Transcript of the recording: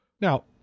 Now